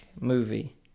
movie